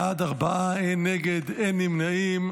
בעד, ארבעה, אין נגד, אין נמנעים.